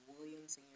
Williams